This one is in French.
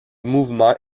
mouvements